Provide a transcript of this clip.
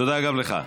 תודה גם לך.